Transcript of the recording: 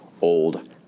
old